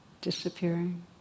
disappearing